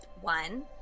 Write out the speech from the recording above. one